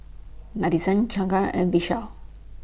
Nadesan Jahangir and Vishal